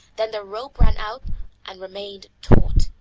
then the rope ran out and remained taut.